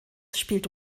spielt